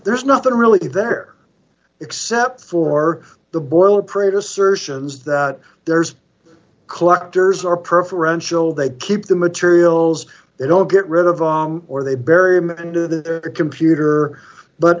there's nothing really there except for the boiler prayed assertions that there's collectors are perfect wrench will they keep the materials they don't get rid of on or they bury him into the computer but